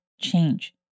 change